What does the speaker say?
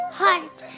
heart